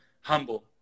humble